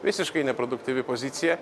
visiškai neproduktyvi pozicija